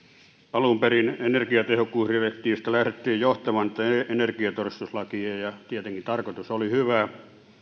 alun perin energiatehokkuusdirektiivistä lähdettiin johtamaan tätä energiatodistuslakia ja ja tietenkin tarkoitus oli hyvä